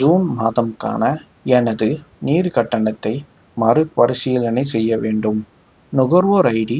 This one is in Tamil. ஜூன் மாதம்க்கான எனது நீர் கட்டணத்தை மறு பரிசீலனை செய்ய வேண்டும் நுகர்வோர் ஐடி